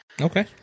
Okay